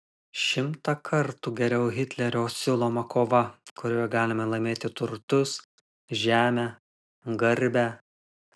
šimtą kartų geriau hitlerio siūloma kova kurioje galima laimėti turtus žemę garbę